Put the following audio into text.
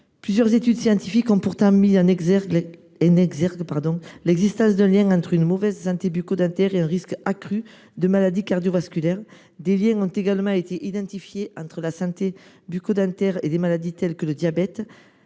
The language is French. Plusieurs études scientifiques ont pourtant mis au jour l’existence d’un lien entre une mauvaise santé bucco dentaire et un risque accru de maladies cardiovasculaires. D’autres liens ont également été identifiés entre la santé bucco dentaire et des maladies comme le diabète,